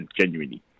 genuinely